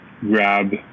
grab